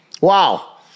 Wow